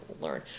learn